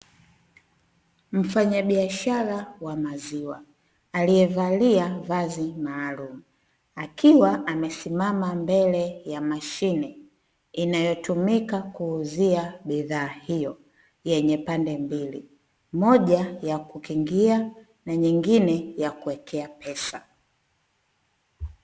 Mfanyabiashara wa maziwa aliyevalia vazi maalum akiwa amesimama mbele ya mashine inayotumika kuuzia bidhaa hiyo yenye pande mbili, moja ya kukingia na nyingine ya kuwekea pesa.